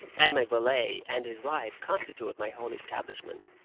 and my valet and his wife constitute my whole establishment.